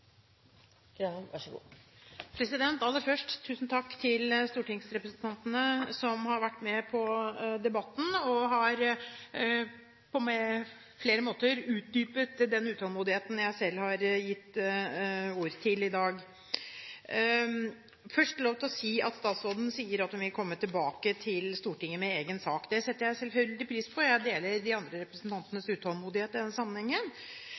den tid, så jeg håper at det nå snart skjer noe i denne saken. Aller først: Tusen takk til stortingsrepresentantene, som har vært med på debatten og på flere måter har utdypet den utålmodigheten jeg selv har satt ord på i dag. Først vil jeg få lov til å si at når statsråden sier at hun vil komme tilbake til Stortinget med egen sak, setter jeg selvfølgelig pris på det – jeg deler de andre